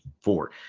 four